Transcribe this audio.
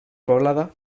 poblada